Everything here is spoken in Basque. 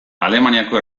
alemaniako